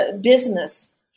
business